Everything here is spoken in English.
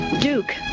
Duke